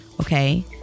okay